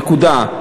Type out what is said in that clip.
נקודה.